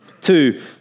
Two